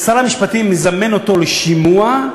שר המשפטים מזמן אותו לשימוע,